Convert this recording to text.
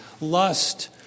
lust